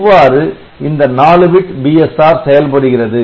இவ்வாறு இந்த 4 bit BSR செயல்படுகிறது